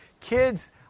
Kids